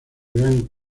grand